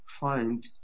find